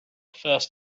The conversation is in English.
first